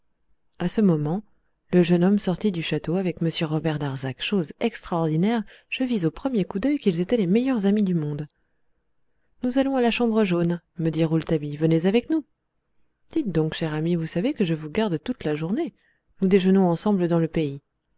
à ce moment le jeune homme sortit du château avec m robert darzac chose extraordinaire je vis au premier coup d'œil qu'ils étaient devenus maintenant les meilleurs amis du monde nous allons à la chambre jaune me dit rouletabille venez avec nous dites donc cher ami vous savez que je vous garde toute la journée nous déjeunons ensemble dans le pays